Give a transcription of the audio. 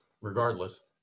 regardless